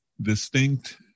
distinct